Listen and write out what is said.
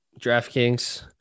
DraftKings